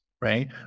right